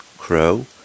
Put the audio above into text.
Crow